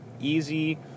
easy